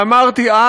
ואמרתי אז,